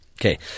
Okay